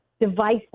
device